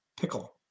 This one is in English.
Pickle